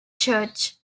church